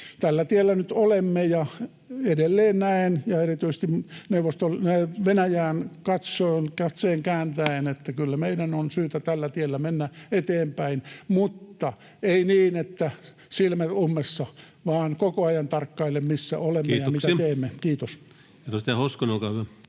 tällä tiellä nyt olemme, ja edelleen näen, ja erityisesti Venäjään katseen kääntäen, että kyllä meidän on syytä tällä tiellä mennä eteenpäin, mutta ei niin, että silmät ovat ummessa, vaan koko ajan tarkkaillen, missä olemme ja mitä teemme. — Kiitos.